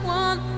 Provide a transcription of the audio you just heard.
one